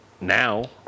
now